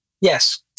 Yes